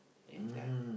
in there